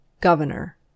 Governor